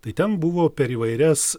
tai ten buvo per įvairias